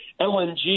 LNG